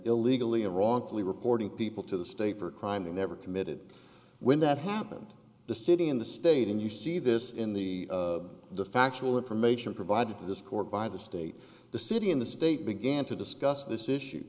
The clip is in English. illegally and wrongfully reporting people to the state for a crime they never committed when that happened the city and the state and you see this in the factual information provided to this court by the state the city in the state began to discuss this issue